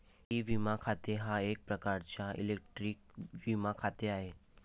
E विमा खाते हा एक प्रकारचा इलेक्ट्रॉनिक विमा खाते आहे